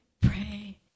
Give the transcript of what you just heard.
Pray